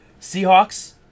Seahawks